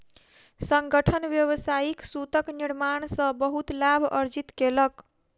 संगठन व्यावसायिक सूतक निर्माण सॅ बहुत लाभ अर्जित केलक